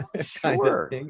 sure